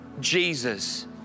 Jesus